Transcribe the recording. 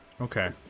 Okay